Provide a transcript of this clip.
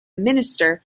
minister